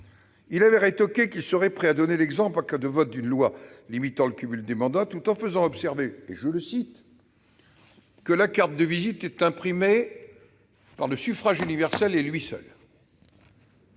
il avait rétorqué qu'il serait prêt à donner l'exemple en cas de vote d'une loi limitant le cumul des mandats, tout en faisant observer que « la carte de visite est imprimée par le [seul] suffrage universel ». Au